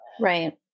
Right